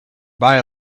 buy